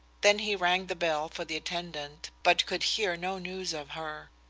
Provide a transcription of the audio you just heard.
then he rang the bell for the attendant but could hear no news of her.